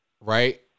Right